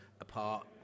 apart